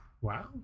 Wow